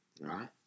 right